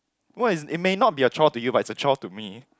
what is it may not be a chore to you but it's a chore to me